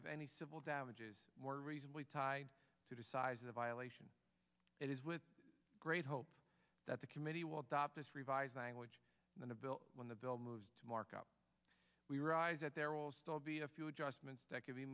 of any civil damages more reasonably tied to the size of a violation it is with great hope that the committee will adopt this revised language in the bill when the bill moves to markup we're eyes that there will still be a few adjustments that can be